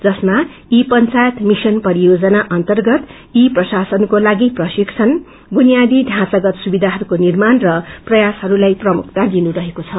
जसमा e panchayat mission परियोजना अन्तर्गत ई प्रशासनको लागि प्रशिक्षण बुनियादी ढाँचागत सुविधाइरूको निर्माण र प्रयासहरूलाई प्रमुखता दिनु रहेको छ